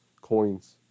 coins